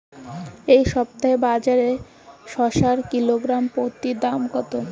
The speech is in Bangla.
এই সপ্তাহে বাজারে শসার কিলোগ্রাম প্রতি দাম কত?